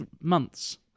months